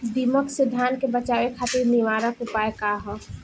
दिमक से धान के बचावे खातिर निवारक उपाय का ह?